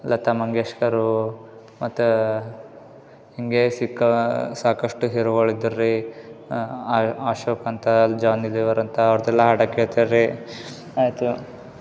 ಲತಾ ಮಂಗೇಶ್ಕರು ಮತ್ತು ಹೀಗೆ ಸಿಕ್ಕಾ ಸಾಕಷ್ಟು ಹೀರೋಗಳು ಇದ್ದರು ರೀ ಅಶೋಕ್ ಅಂತ ಜಾನಿ ಲಿವರ್ ಅಂತ ಅವ್ರ್ದೆಲ್ಲ ಹಾಡು ಕೇಳ್ತಾರೆ ರೀ ಅಥ್ವ